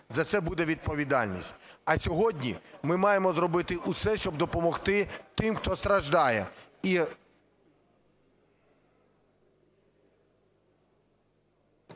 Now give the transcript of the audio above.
за це буде відповідальність. А сьогодні ми маємо зробити усе, щоб допомогти тим, хто страждає